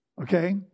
okay